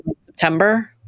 September